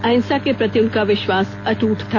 अहिंसा के प्रति उनका विश्वास अटूट था